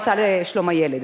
המועצה לשלום הילד.